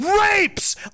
rapes